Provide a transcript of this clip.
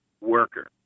worker